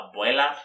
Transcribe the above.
abuela